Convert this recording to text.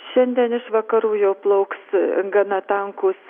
šiandien iš vakarų jau plauks gana tankūs